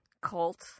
cult